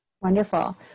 Wonderful